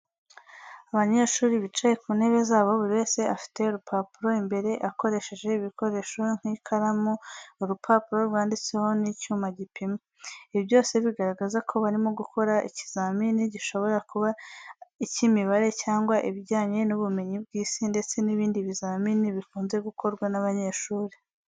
Abanyeshuri bicaye ku ntebe zabo, buri wese afite urupapuro imbere, akoresheje ibikoresho nk’ikaramu, urupapuro rwanditseho n’icyuma gipima. Ibi byose bigaragaza ko barimo gukora ikizamini, gishobora kuba icy'imibare cyangwa ibijyanye n'ubumenyi bw'Isi ndetse n'ibindi bizamini bikunze gukorwa n'abanyeshuri.